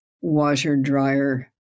washer-dryer